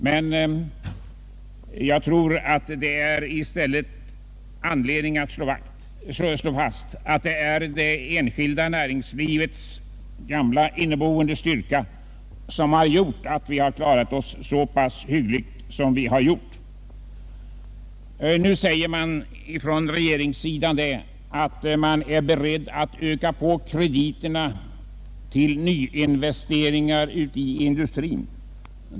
Men jag tror att man har anledning att slå fast att det är tack vare det enskilda näringslivets gamla inneboende styrka som vi har klarat oss så pass hyggligt som vi har gjort. Nu säger man från regeringssidan, att man är beredd att öka på krediterna till nyinvesteringar ute i industrin.